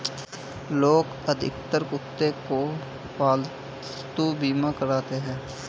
लोग अधिकतर कुत्ते का पालतू बीमा कराते हैं